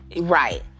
right